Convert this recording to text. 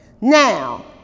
Now